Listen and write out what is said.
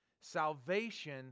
Salvation